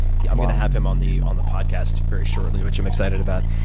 yeah i'm going to have him on the on the podcast very shortly, which i'm excited about.